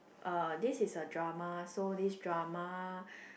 uh this is a drama so this drama